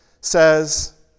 says